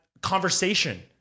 conversation